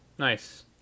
Nice